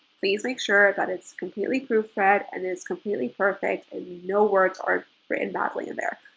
please make sure that it's completely proof read and it's completely perfect and no words are written badly in there.